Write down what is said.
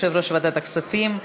יושב-ראש ועדת הכספים.